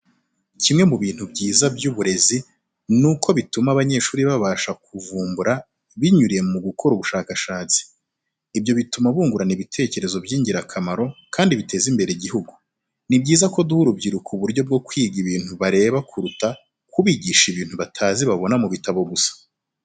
Kimwe mu bintu byiza by'uburezi ni uko bituma abanyeshuri babasha kuvumbura binyuriye mugukora ubushakashatsi. Ibyo bituma bungurana ibitekerezo by'ingirakamaro kandi biteza imbere igihugu. Ni byiza ko duha urubyiruko uburyo bwo kwiga ibintu bareba kuruta kubigisha ibintu batazi babona mu ibitabo gusa.